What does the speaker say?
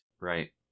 Right